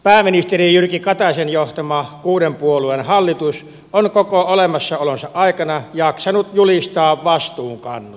pääministeri jyrki kataisen johtama kuuden puolueen hallitus on koko olemassaolonsa aikana jaksanut julistaa vastuun kannosta